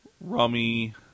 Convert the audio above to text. Rummy